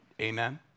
Amen